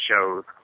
shows